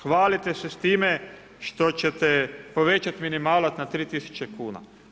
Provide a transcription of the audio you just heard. Hvalite se s time što ćete povećati minimalac na 3 tisuće kuna.